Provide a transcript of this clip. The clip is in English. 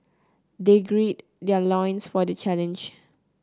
they gird their loins for the challenge